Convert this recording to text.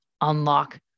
unlock